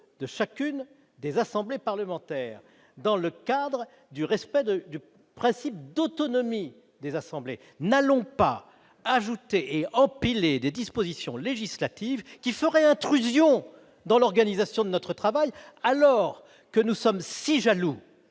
de chacune des assemblées parlementaires, dans le respect du principe d'autonomie. N'allons pas ajouter et empiler des dispositions législatives qui feraient intrusion dans l'organisation de notre travail, alors que nous sommes si jaloux